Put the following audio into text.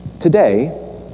Today